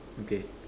okay